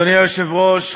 אדוני היושב-ראש,